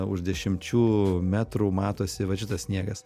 už dešimčių metrų matosi va šitas sniegas